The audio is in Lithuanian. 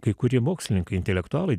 kai kurie mokslininkai intelektualai